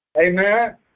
Amen